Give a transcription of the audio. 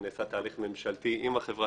ונעשה תהליך ממשלתי מאוד-מאוד גדול עם החברה